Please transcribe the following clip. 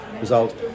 result